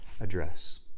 address